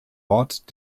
ort